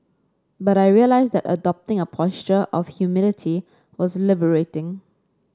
but I realised that adopting a posture of humility was liberating